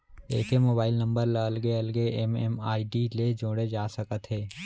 एके mobile number ल अलगे अलगे एम.एम.आई.डी ले जोड़े जा सकत हे